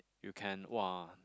you can !wah!